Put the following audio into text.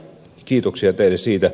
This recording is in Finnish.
kiitoksia teille siitä